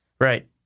Right